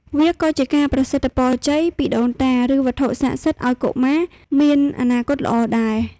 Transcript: វាក៏ជាការប្រសិទ្ធពរជ័យពីដូនតា ឬវត្ថុស័ក្តិសិទ្ធិឱ្យកុមារមានអនាគតល្អដែរ។